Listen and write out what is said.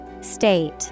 State